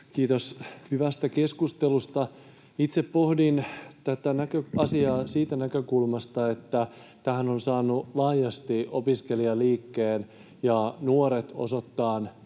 Kiitos hyvästä keskustelusta. Itse pohdin tätä asiaa siitä näkökulmasta, että tämähän on saanut laajasti opiskelijaliikkeen ja nuoret osoittamaan